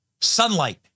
Sunlight